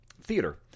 theater